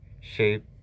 shape